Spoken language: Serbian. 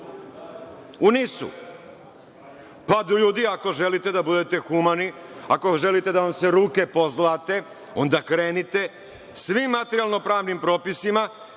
u NIS-u. Pa, ljudi ako želite da budete humani, ako želite da vam se ruke pozlate, onda krenite svim materijalno-pravnim propisima